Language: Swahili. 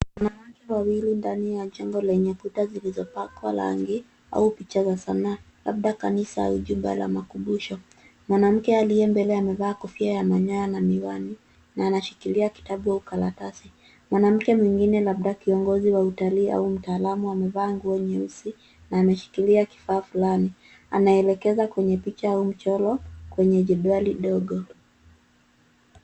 Wanawake wawili ndani ya jimbo lenye kuta zilizopakwa rangi au picha za sanaa ,labda kanisa au jumba la makumbusho ,mwanamke aliyie mbele amevaa kofia ya manyoa na miwani na anashikilia kitabu au karatasi, mwanamke mwingine labda kiongozi wa utalii au mtaalamu amevaa nguo nyeusi na ameshikilia kifaa fulani anaelekeza kwenye picha au mchalo kwenye jedwali dogo.